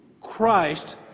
Christ